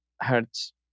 hurts